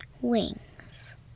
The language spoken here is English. wings